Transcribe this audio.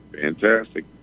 Fantastic